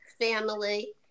family